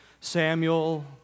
Samuel